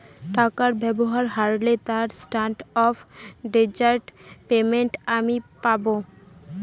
টাকা ব্যবহার হারলে তার স্ট্যান্ডার্ড অফ ডেজার্ট পেমেন্ট আমি পাব